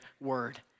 word